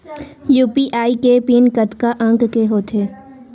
UPI के PIN कतका अंक के होथे?